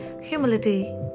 humility